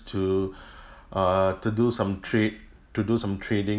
to err to do some trade to do some trading